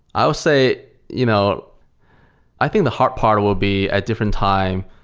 i'll say you know i think the hard part will be at different time,